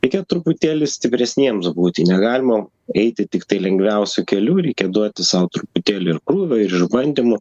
reikia truputėlį stipresniems būti negalima eiti tiktai lengviausiu keliu reikia duoti sau truputėlį ir krūvio ir išbandymų